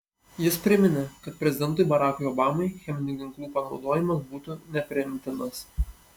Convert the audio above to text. jis priminė kad prezidentui barackui obamai cheminių ginklų panaudojimas būtų nepriimtinas